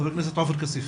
חבר הכנסת עופר כסיף.